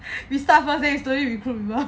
we start first then you stay